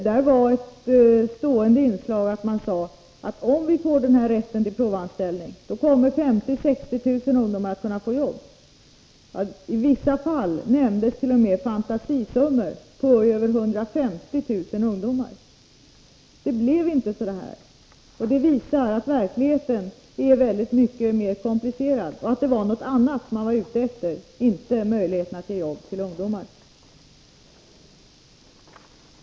Det var ett stående inslag att de sade, att om de får den här rätten till provanställning kommer 50 000-60 000 ungdomar att kunna få jobb. I vissa fall nämndes t.o.m. fantasisummor på över 150 000 ungdomar. Det blev inte så. Och det visar att verkligheten är väldigt mycket mer komplicerad och att det var något annat de var ute efter — inte möjligheten att ge jobb till ungdomar.